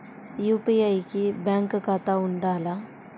UPI కి bank ఖాతా ఉండాల?